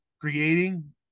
Creating